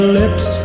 lips